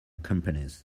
companies